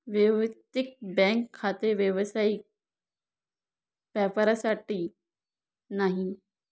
वैयक्तिक बँक खाते व्यावसायिक वापरासाठी नाही